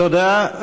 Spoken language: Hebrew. תודה.